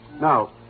Now